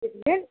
किस दिन